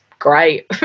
great